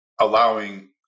allowing